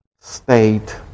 state